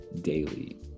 daily